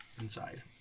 inside